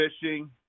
fishing